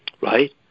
right